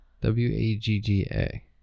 W-A-G-G-A